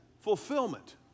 fulfillment